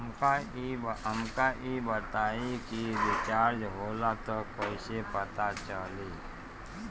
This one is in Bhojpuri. हमका ई बताई कि रिचार्ज होला त कईसे पता चली?